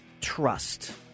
trust